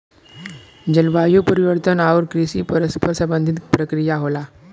जलवायु परिवर्तन आउर कृषि परस्पर संबंधित प्रक्रिया होला